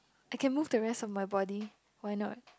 I can move the rest of my body why not